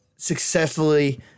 Successfully